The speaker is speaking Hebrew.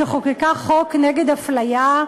שחוקקה חוק נגד הפליה,